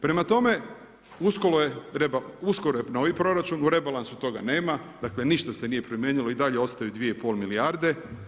Prema tome, uskoro je novi proračun, u rebalansu toga nema, dakle, ništa se nije promijenilo i dalje ostaju 2,5 milijarde.